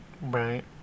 Right